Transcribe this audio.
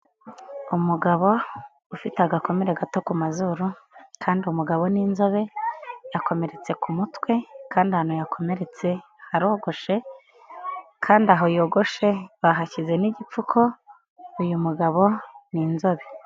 Umugabo ufite agakomere gato ku mazuru kandi umugabo ni inzobe, yakomeretse ku mutwe kandi ahantu yakomeretse harogoshe kandi aho yogoshe bahashyize n'igipfuko, uyu mugabo ni inzobe.